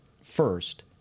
first